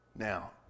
Now